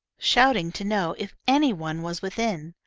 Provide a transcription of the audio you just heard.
shouting to know if any one was within.